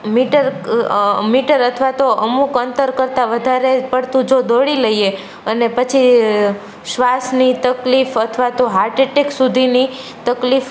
metre metre અથવા તો અમુક અંતર કરતા વધારે પડતું જો દોડી લઈએ અને પછી શ્વાસની તકલીફ અથવા તો હાર્ટ અટેક સુધીની તકલીફ